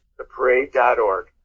Theparade.org